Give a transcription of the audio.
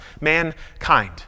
mankind